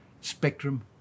spectrum